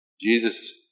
Jesus